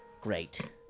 Great